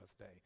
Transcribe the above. day